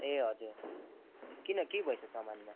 ए हजुर किन के भएछ सामानमा